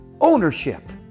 ownership